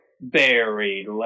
Buried